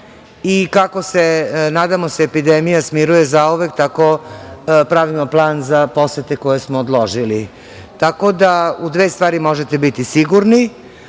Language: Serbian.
i kako se nadamo se epidemija smiruje zauvek, tako pravimo plan za posete koje smo odložili. Tako da, u dve stvari možete biti sigurni,